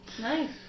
Nice